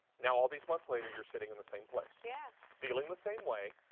now all these months later you're sitting in the same place, yeah feeling the same way,